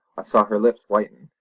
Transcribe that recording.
i saw her lips whiten,